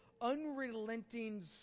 unrelenting